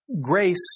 Grace